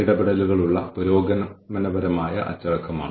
ഇത് IPO സ്കോർകാർഡിന്റെ കൂടുതൽ വിശദമായ തരമാണ്